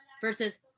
versus